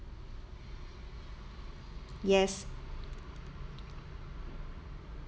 yes